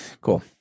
Cool